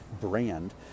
brand